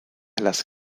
las